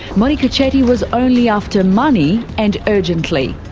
monika chetty was only after money, and urgently.